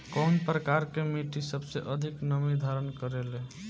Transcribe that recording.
कउन प्रकार के मिट्टी सबसे अधिक नमी धारण करे ले?